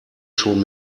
schon